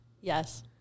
Yes